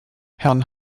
herrn